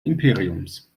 imperiums